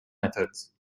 methods